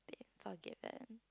been forgiven